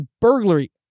burglary